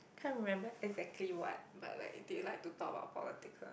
can't remember exactly what but like they like to talk about politics ah